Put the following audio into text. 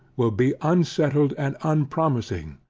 will be unsettled and unpromising.